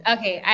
Okay